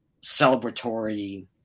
celebratory